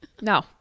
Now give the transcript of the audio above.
No